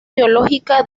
teológica